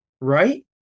right